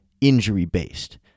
injury-based